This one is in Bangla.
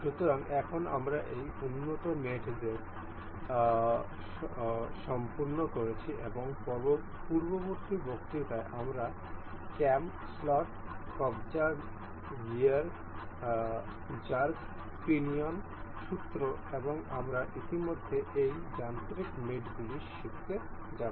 সুতরাং এখন আমরা এই উন্নত মেটদের সম্পন্ন করেছি এবং পরবর্তী বক্তৃতায় আমরা ক্যাম স্লট কব্জা গিয়ার র্যাক পিনিয়ন স্ক্রু এবং আমরা ইতিমধ্যে এই যান্ত্রিক মেটগুলি শিখতে যাব